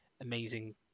amazing